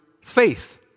faith